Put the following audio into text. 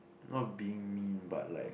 not being mean but like